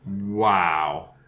Wow